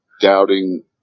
doubting